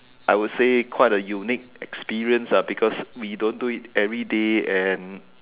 I would say quite a unique experience ah because we don't do it everyday and